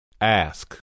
Ask